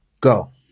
Go